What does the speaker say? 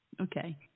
Okay